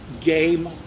game